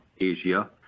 Asia